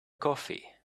coffee